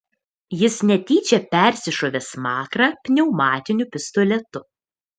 jis netyčia persišovė smakrą pneumatiniu pistoletu